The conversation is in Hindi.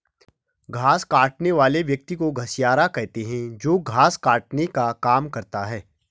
घास काटने वाले व्यक्ति को घसियारा कहते हैं जो घास काटने का काम करता है